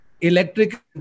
electric